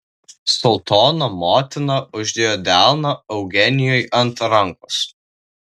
sultono motina uždėjo delną eugenijai ant rankos